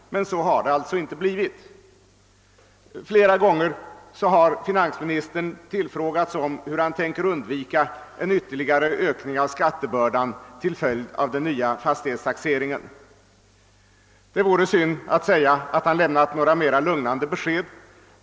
Men så har det alltså inte blivit. Flera gånger har finansministern tillfrågats om hur han tänker undvika en ytterligare ökning av skattebördan till följd av den nya fastighetstaxeringen. Det vore synd att säga att han lämnat något särskilt lugnande besked.